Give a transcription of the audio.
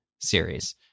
series